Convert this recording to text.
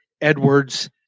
edwards